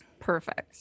perfect